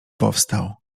powstał